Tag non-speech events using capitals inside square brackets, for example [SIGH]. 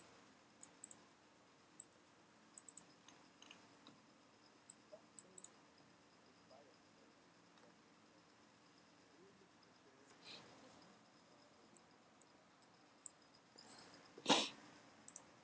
[BREATH]